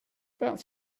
about